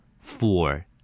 four